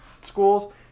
schools